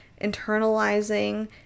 internalizing